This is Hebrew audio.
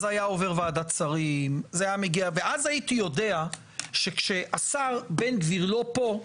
זה היה עובר ועדת שרים ואז הייתי יודע שכשהשר בן גביר לא פה,